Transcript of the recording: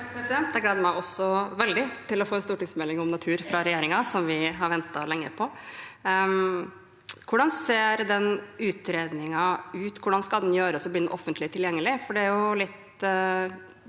Jeg gleder meg også veldig til å få en stortingsmelding om natur fra regjeringen, det er noe vi har ventet lenge på. Hvordan vil den utredningen se ut, og blir den offentlig tilgjengelig?